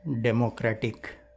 democratic